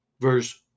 verse